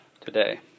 today